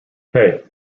hey